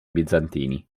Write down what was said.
bizantini